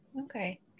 Okay